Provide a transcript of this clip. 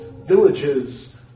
villages